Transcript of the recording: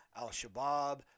Al-Shabaab